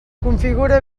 configura